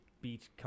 beach